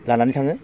लानानै थाङो